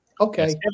Okay